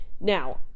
Now